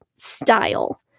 Style